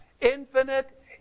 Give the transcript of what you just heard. infinite